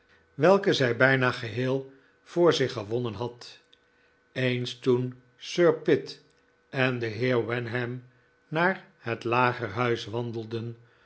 welke zij bijna geheel voor zich gewonnen had eens toen sir pitt en de heer wenham naar het lagerhuis wandelden